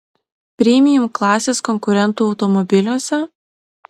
premium klasės konkurentų automobiliuose